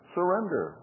Surrender